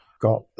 got